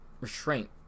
restraint